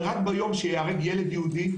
אבל רק ביום שייהרג ילד יהודי,